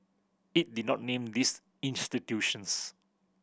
it did not name these institutions